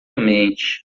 mente